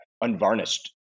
unvarnished